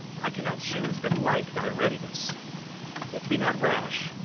i cannot choose but like thy readiness yet be not rash,